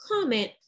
comment